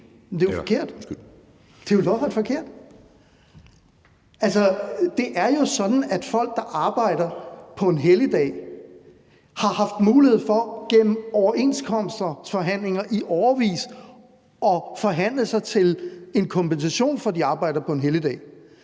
det er forkert. Det er lodret forkert! Det er jo sådan, at folk, der arbejder på en helligdag, har haft mulighed for gennem overenskomstforhandlinger i årevis at forhandle sig til en kompensation for, at de arbejder på en helligdag.